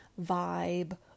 vibe